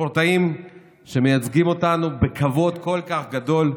לספורטאים שמייצגים אותנו בכבוד כל כך גדול,